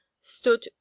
stood